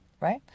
right